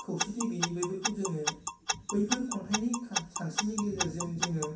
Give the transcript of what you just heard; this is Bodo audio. खौसेथि गैयै बेफोरखौ जोङो बैफोर खन्थाइनि सानस्रिनि गेजेरजों जोङो